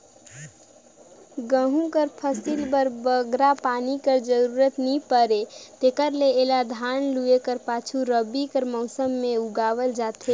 गहूँ कर फसिल बर बगरा पानी कर जरूरत नी परे तेकर ले एला धान लूए कर पाछू रबी कर मउसम में उगाल जाथे